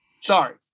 Sorry